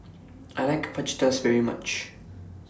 I like Fajitas very much